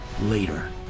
later